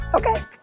Okay